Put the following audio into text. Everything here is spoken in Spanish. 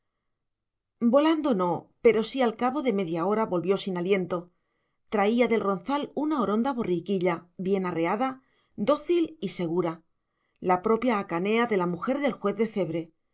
volando no pero sí al cabo de media hora volvió sin aliento traía del ronzal una oronda borriquilla bien arreada dócil y segura la propia hacanea de la mujer del juez de cebre